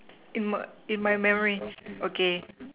in my in my memory okay